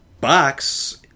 box